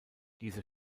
diese